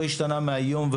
לא השתנה מהיום,